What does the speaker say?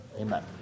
amen